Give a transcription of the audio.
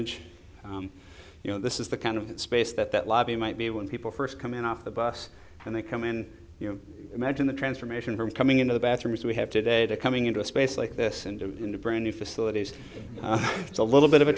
image you know this is the kind of space that that lobby might be when people first come in off the bus and they come in you know imagine the transformation from coming into the bathroom as we have today to coming into a space like this and into brand new facilities it's a little bit of a